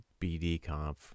BDConf